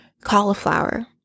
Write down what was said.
cauliflower